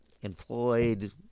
employed